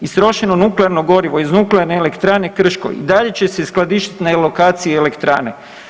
Istrošeno nuklearno gorivo iz Nuklearne elektrane Krško i dalje će se skladištiti na lokaciji elektrane.